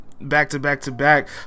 back-to-back-to-back